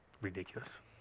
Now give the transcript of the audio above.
ridiculous